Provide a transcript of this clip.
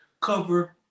cover